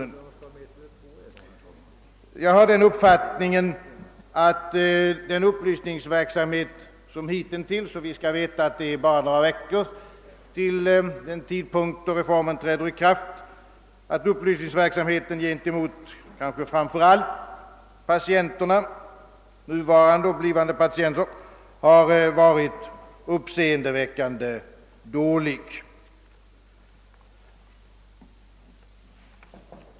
Enligt min uppfattning har den upplysningsverksamhet som hitintills bedrivits — och vi skall komma ihåg att det är bara några veckor till den tidpunkt då reformen träder i kraft — kanske framför allt till nuvarande och blivande patienter varit uppseendeväckande dålig.